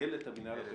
במנהלת המנהל הפדגוגי.